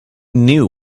knew